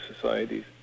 societies